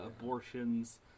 abortions